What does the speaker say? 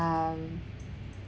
um